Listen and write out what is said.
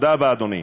תודה רבה, אדוני.